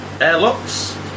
airlocks